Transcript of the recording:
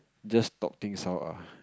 just talk things out ah